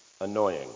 annoying